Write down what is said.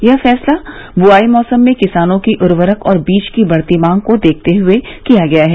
यह फैसला बुआई मौसम में किसानों की उर्वरक और बीज की बढ़ती मांग को देखते हुए किया गया है